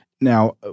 now